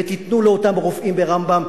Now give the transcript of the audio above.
ותיתנו לאותם רופאים ב"רמב"ם",